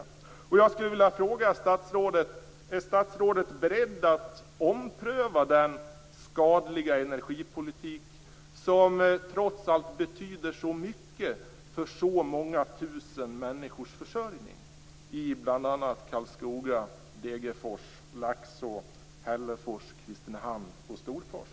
Jag skulle vilja fråga om statsrådet är beredd att ompröva denna skadliga energipolitik, som trots allt så starkt berör många tusen människors försörjning i bl.a. Karlskoga, Degerfors, Laxå, Hällefors, Kristinehamn och Storfors.